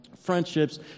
friendships